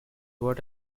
what